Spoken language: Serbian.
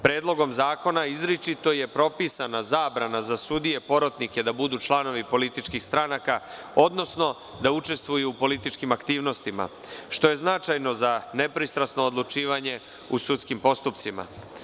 Predlogom zakona izričito je propisana zabrana za sudije porotnike da budu članovi političkih stranaka, odnosno da učestvuju u političkim aktivnostima, što je značajno za nepristrasno odlučivanje u sudskim postupcima.